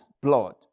blood